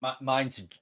Mine's